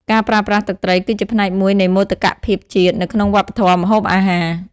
ការប្រើប្រាស់ ទឹកត្រីគឺជាផ្នែកមួយនៃមោទកភាពជាតិនៅក្នុងវប្បធម៌ម្ហូបអាហារ។